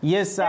Yes